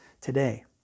today